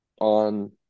on